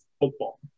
football